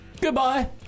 Goodbye